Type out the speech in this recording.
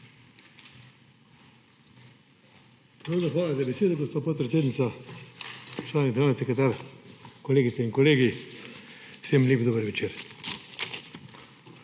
Hvala